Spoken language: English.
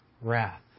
wrath